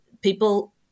people